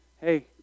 hey